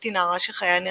"הייתי נערה שחייה נהרסו.